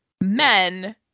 men